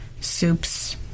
soups